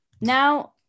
Now